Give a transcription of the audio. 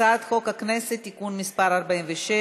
הצעת חוק-יסוד: הכנסת (תיקון מס' 46)